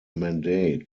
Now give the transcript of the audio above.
mandate